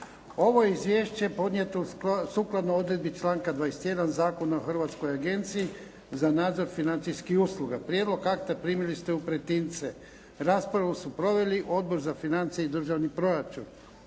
Ovo je izvješće podnijeto sukladno odredbi članka 21. Zakona o Hrvatskoj agenciji za nadzor financijskih usluga. Prijedlog akta primili ste u pretince. Raspravu su proveli Odbor za financije i državni proračun.